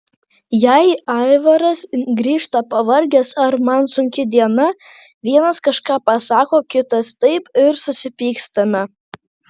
jei aivaras grįžta pavargęs ar man sunki diena vienas kažką pasako kitas taip ir susipykstame